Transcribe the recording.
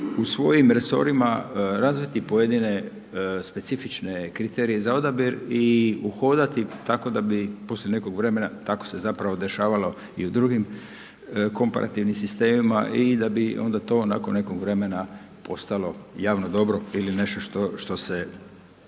u svojim resorima razviti pojedine specifične kriterije za odabir i uhodati tako da bi poslije nekog vremena, tako se zapravo dešavalo i u drugim komparativnim sistemima i da bi onda to nakon nekog vremena postalo javno dobro ili nešto što se